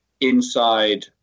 inside